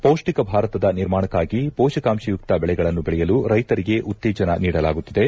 ಪೌಷ್ಟಿಕ ಭಾರತದ ನಿರ್ಮಾಣಕ್ಕಾಗಿ ಪೋಷಕಾಂಶಯುಕ್ತ ಬೆಳೆಗಳನ್ನು ಬೆಳೆಯಲು ರೈತರಿಗೆ ಉತ್ತೇಜನ ನೀಡಲಾಗುತ್ತಿದೆ